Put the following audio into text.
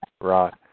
Right